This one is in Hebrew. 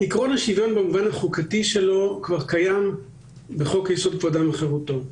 עקרון השוויון במובן החוקתי שלו כבר קיים בחוק-יסוד: כבוד האדם וחירותו.